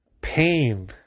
pain